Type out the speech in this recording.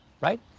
Right